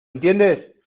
entiendes